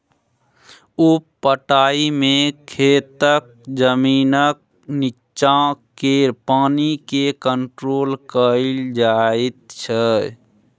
उप पटाइ मे खेतक जमीनक नीच्चाँ केर पानि केँ कंट्रोल कएल जाइत छै